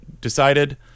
decided